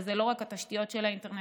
וזה לא רק התשתיות של האינטרנט,